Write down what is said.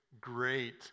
great